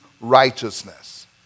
righteousness